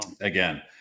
again